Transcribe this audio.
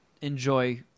enjoy